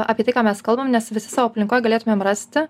apie tai ką mes kalbam nes visi savo aplinkoj galėtumėm rasti